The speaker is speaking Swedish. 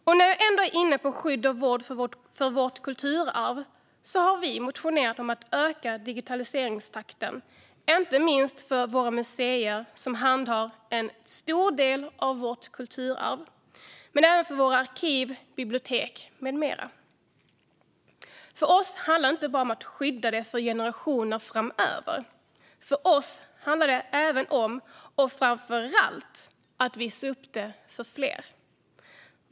När jag ändå är inne på skydd och vård av vårt kulturarv kan jag säga att vi har motionerat om att öka digitaliseringstakten, inte minst för våra museer, som handhar en stor del av vårt kulturarv, men även för våra arkiv, bibliotek med mera. För oss handlar det inte bara om att skydda det för generationer framöver. För oss handlar det även, och framför allt, om att visa upp det för fler.